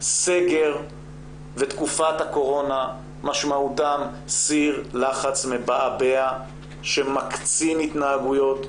סגר ותקופת הקורונה משמעותם סיר לחץ מבעבע שמקצין התנהגויות,